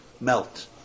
melt